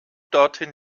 dorthin